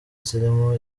zirimo